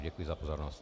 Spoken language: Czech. Děkuji za pozornost.